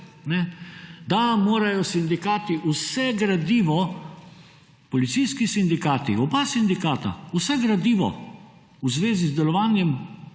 da morajo sindikati vse gradivo, policijski sindikati, oba sindikata, vse gradivo v zvezi z delovanjem